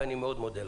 ואני מאוד מודה לך.